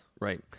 right